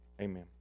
Amen